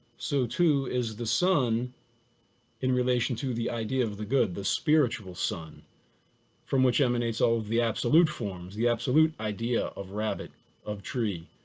so too is the sun in relation to the idea of the good, the spiritual sun from which emanates all of the absolute forms the absolute idea of rabbit of tree,